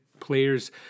players